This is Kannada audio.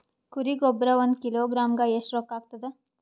ಕುರಿ ಗೊಬ್ಬರ ಒಂದು ಕಿಲೋಗ್ರಾಂ ಗ ಎಷ್ಟ ರೂಕ್ಕಾಗ್ತದ?